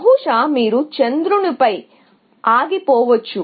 బహుశా మీరు చంద్రునిపై ఆగిపోవచ్చు